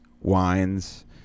wines